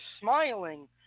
smiling